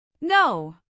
No